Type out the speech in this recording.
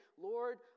Lord